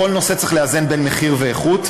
בכל נושא צריך לאזן בין מחיר ואיכות,